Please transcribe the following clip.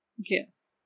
Yes